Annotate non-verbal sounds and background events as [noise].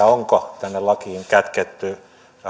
[unintelligible] onko tänne lakiin kätketty